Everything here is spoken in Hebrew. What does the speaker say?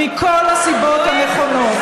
מכל הסיבות הנכונות,